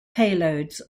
payloads